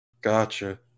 Gotcha